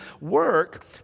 work